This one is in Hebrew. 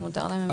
כן.